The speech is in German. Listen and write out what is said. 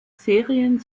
serien